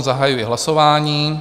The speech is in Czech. Zahajuji hlasování.